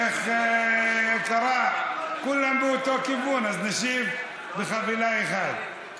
איך קרא, כולנו אותו כיוון, אז נשיב בחבילה אחת.